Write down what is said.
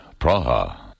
Praha